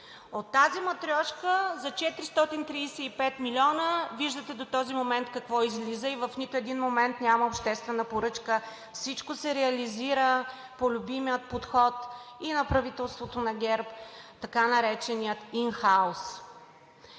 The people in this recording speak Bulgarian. От тази „матрьошка“ за 435 милиона виждате до този момент какво излиза и в нито един момент няма обществена поръчка. Всичко се реализира по любимия подход на правителството на ГЕРБ, така наречения ин хаус.